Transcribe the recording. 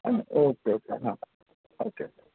okay okay હા હા okay